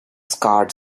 scarred